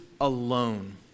alone